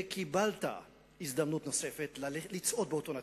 וקיבלת הזדמנות נוספת לצעוד באותו נתיב,